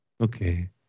Okay